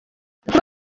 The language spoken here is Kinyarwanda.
kuba